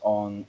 on